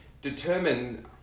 determine